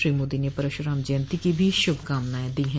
श्री मोदी ने परश्राम जयंती की भी शुभकामनाएं दी है